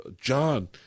John